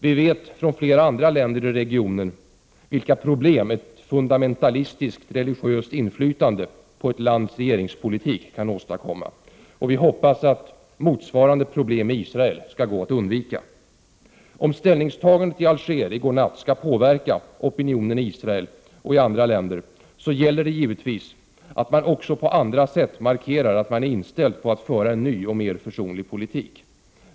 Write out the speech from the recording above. Vi vet från flera andra länder i regionen vilka problem ett fundamentalistiskt religöst inflytande på ett lands regeringspolitik kan åstadkomma, och vi hoppas att motsvarande problem i Israel skall gå att undvika. Om ställningstagandet i Alger i går natt skall påverka opinionen i Israel och i andra länder, gäller det givetvis att man också på andra sätt markerar att man är inställd på att föra en ny och mer försonlig politik.